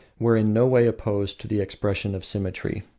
were in no way opposed to the expression of symmetry.